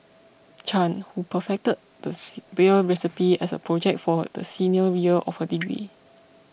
Chan who perfected the beer recipe as a project for the senior year of her degree